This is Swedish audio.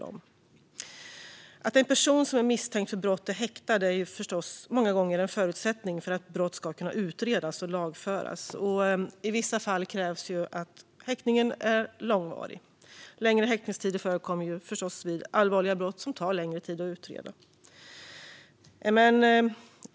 Att en person som är misstänkt för brott är häktad är många gånger en förutsättning för att brottet ska kunna utredas och lagföras. I vissa fall krävs att häktningen är långvarig, och längre häktningstider förekommer förstås vid allvarliga brott som tar längre tid att utreda.